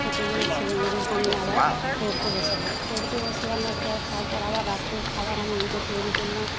খেতে দিয়ে ছেলেমেয়েদেরকে নিয়ে আবার পড়তে বসালাম পড়তে বসানোর পর তারপর আবার রাত্রের খাবার আমি নিজে তৈরি করলাম